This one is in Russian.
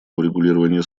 урегулирования